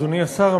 אדוני השר,